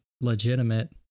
legitimate